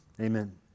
Amen